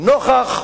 נוכח,